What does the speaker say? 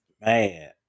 Man